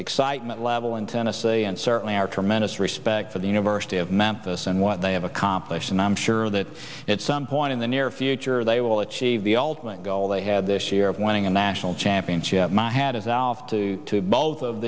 excitement level in tennessee and certainly our tremendous respect for the university of memphis and what they have accomplished and i'm sure that it's some point in the near future they will achieve the ultimate goal they had this year of winning a national championship my hat is out to both of